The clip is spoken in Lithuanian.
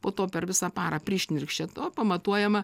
po to per visą parą prišniurkščia to pamatuojama